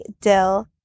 Dill